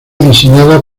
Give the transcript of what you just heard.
diseñada